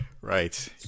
Right